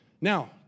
Now